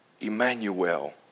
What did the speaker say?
Emmanuel